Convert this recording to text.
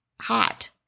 hot